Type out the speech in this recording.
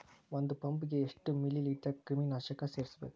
ಒಂದ್ ಪಂಪ್ ಗೆ ಎಷ್ಟ್ ಮಿಲಿ ಲೇಟರ್ ಕ್ರಿಮಿ ನಾಶಕ ಸೇರಸ್ಬೇಕ್?